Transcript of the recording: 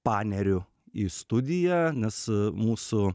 paneriu į studiją nes mūsų